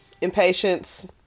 Impatience